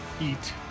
Eat